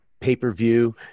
pay-per-view